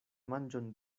manĝon